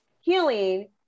healing